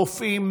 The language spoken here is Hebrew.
רופאים,